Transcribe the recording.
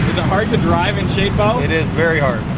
hard to drive in shade balls? it is very hard.